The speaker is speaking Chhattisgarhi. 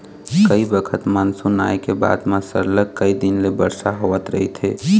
कइ बखत मानसून आए के बाद म सरलग कइ दिन ले बरसा होवत रहिथे